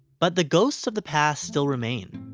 but the ghosts of the past still remain.